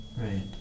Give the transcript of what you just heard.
Right